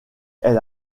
elle